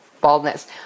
baldness